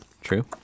True